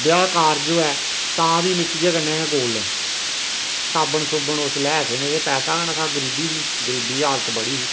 ब्याह कारज होऐ तां बी मिट्टियै कन्नै गै गोलने साबन सूबन उस्सलै ऐ थे ने ते पैसा के नेहा गरीबी ही गरीबी हालत बड़ी ही